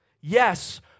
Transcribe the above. Yes